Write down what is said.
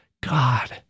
God